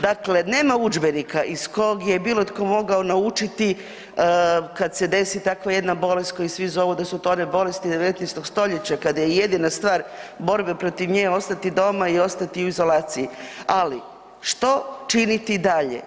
Dakle, nema udžbenika iz kog je bilo tko mogao naučiti kad se desi tako jedna bolest koju svi zovu sotonom bolesti 19. st. kada je jedina stvar protiv nje ostati doma i ostati u izolaciji ali što činiti dalje?